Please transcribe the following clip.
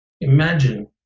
Imagine